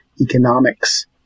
economics